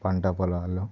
పంట పొలాల్లో